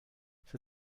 für